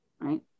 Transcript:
Right